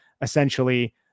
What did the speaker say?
essentially